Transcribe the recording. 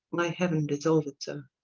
my heaven dissolved so.